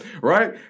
right